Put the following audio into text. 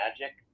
magic